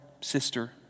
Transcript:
sister